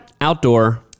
Outdoor